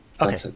Okay